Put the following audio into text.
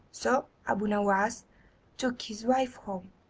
so abu nowas took his wife home,